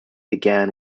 began